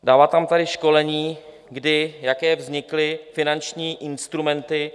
Dáváte nám tady školení, kdy jaké vznikly finanční instrumenty.